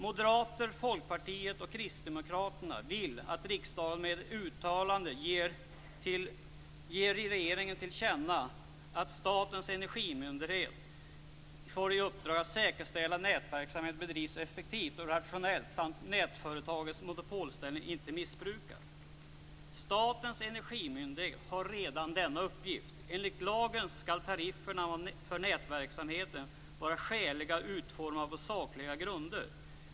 Moderaterna, Folkpartiet och Kristdemokraterna vill att riksdagen med ett uttalande ger regeringen till känna att Statens energimyndighet får i uppdrag att säkerställa att nätverksamheten bedrivs så effektivt och rationellt som möjligt samt att nätföretagens monopolställning inte missbrukas. Statens energimyndighet har redan den uppgiften. Enligt lagen skall tarifferna för nätverksamheten vara skäliga och utformade på sakliga grunder.